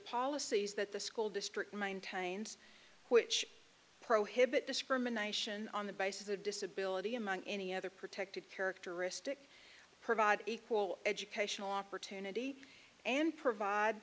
policies that the school district maintains which prohibit discrimination on the basis of disability among any other protected characteristic provide equal educational opportunity and provide